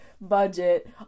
budget